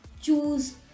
choose